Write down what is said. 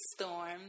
Storm